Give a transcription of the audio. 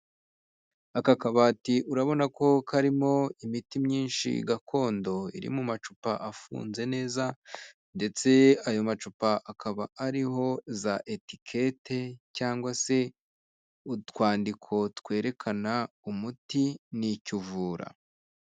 Aka kabati urabona ko karimo imiti myinshi gakondo iri mu macupa afunze neza ndetse ayo macupa akaba ariho za etiqute cyangwa se utwandiko twerekana umuti nicyo uvura.